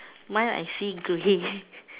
mine I see grey